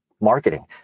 marketing